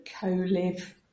co-live